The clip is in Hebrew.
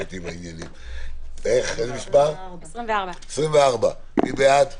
הסתייגות מס' 9. מי בעד ההסתייגות?